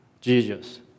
Jesus